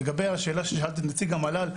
לגבי השאלה ששאלת את נציג המל"ל,